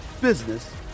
business